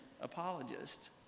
apologist